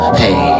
hey